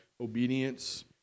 Obedience